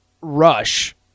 rush